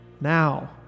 now